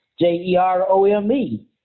J-E-R-O-M-E